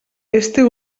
este